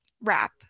wrap